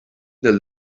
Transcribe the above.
del